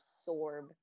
absorb